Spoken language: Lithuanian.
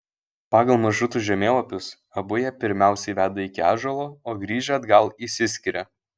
pagal maršrutų žemėlapius abu jie pirmiausiai veda iki ąžuolo o grįžę atgal išsiskiria